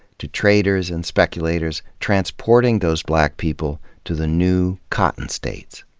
to traders and speculators transporting those black people to the new cotton states.